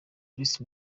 bruce